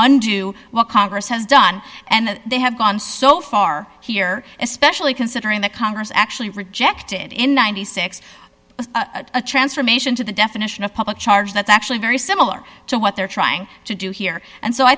undo what congress has done and they have gone so far here especially considering that congress actually rejected in ninety six a transformation to the definition of public charge that's actually very similar to what they're trying to do here and so i